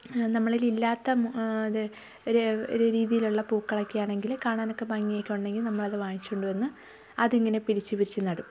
നമ്മടേൽ ഇല്ലാത്ത ത് രീതിയിലുള്ള പൂക്കളൊക്കെ ആണെങ്കിൽ കാണാനൊക്കെ ഭംഗി ഒക്കെ ഉണ്ടെങ്കിൽ നമ്മളത് വാങ്ങിച്ചുകൊണ്ട് വന്ന് അതിങ്ങനെ പിരിച്ച് പിരിച്ച് നടും